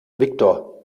viktor